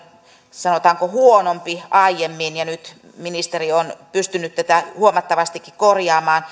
sanotaanko huonompi aiemmin ja nyt ministeri on pystynyt tätä huomattavastikin korjaamaan